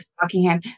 Buckingham